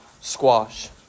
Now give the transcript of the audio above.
Squash